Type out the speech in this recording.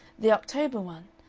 the october one,